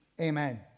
Amen